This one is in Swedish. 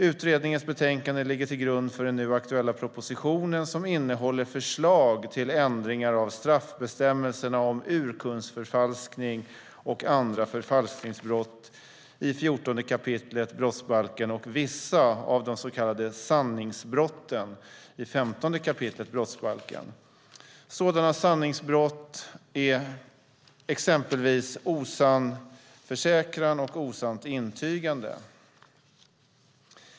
Utredningens betänkande ligger till grund för den nu aktuella propositionen, som innehåller förslag till ändringar av straffbestämmelserna om urkundsförfalskning och andra förfalskningsbrott i 14 kap. brottsbalken och vissa av de så kallade sanningsbrotten i 15 kap. brottsbalken. Sådana sanningsbrott är exempelvis osann försäkran och osant intygande.